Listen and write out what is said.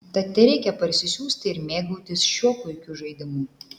tad tereikia parsisiųsti ir mėgautis šiuo puikiu žaidimu